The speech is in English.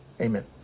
Amen